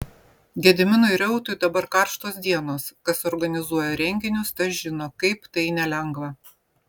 gediminui reutui dabar karštos dienos kas organizuoja renginius tas žino kaip tai nelengva